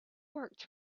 worked